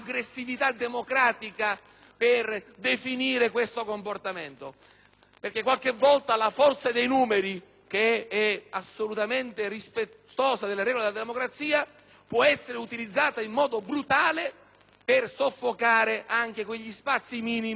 perché qualche volta la forza dei numeri, assolutamente rispettosa delle regole della democrazia, può essere utilizzata in modo brutale per soffocare anche quegli spazi minimi che si aprono in Parlamento all'iniziativa dei singoli parlamentari.